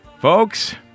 Folks